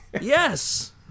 Yes